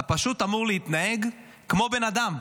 אתה פשוט אמור להתנהג כמו בן אדם.